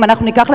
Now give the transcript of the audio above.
אם ניקח,